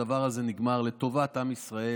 אני שמח שהדבר הזה נגמר לטובת עם ישראל,